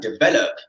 develop